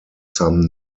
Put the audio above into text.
some